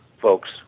folks